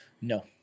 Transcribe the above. No